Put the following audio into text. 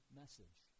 message